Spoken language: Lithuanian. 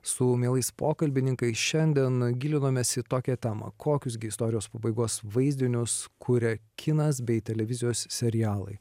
su mielais pokalbininkais šiandien gilinomės į tokią temą kokius gi istorijos pabaigos vaizdinius kuria kinas bei televizijos serialai